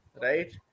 right